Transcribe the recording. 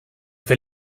fait